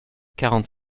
quarante